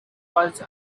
was